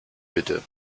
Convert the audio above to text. bitte